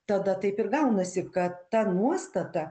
tada taip ir gaunasi kad ta nuostata